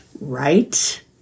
right